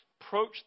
approach